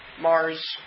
Mars